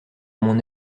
mon